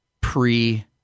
pre